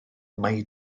mae